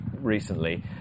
recently